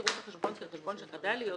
יראו את החשבון כחשבון שחדל להיות